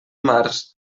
març